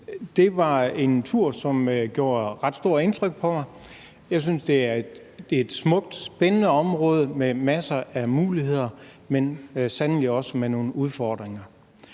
Det var en tur, som gjorde ret stort indtryk på mig. Jeg synes, det er et smukt, spændende område med masser af muligheder, men sandelig også med nogle udfordringer.